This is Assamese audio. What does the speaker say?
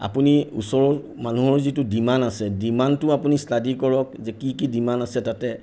আপুনি ওচৰৰ মানুহৰ যিটো ডিমাণ আছে ডিমাণ্ডটো আপুনি ষ্টাডি কৰক যে কি কি ডিমাণ আছে তাতে